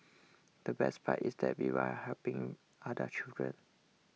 the best part is that we were helping other children